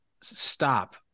Stop